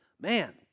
Man